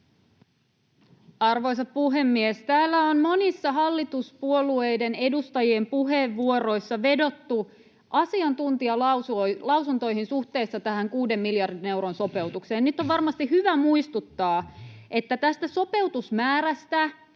Arvoisa puhemies! Täällä on monissa hallituspuolueiden edustajien puheenvuoroissa vedottu asiantuntijalausuntoihin suhteessa tähän kuuden miljardin euron sopeutukseen. Nyt on varmasti hyvä muistuttaa, että tästä sopeutusmäärästä,